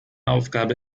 aufgabe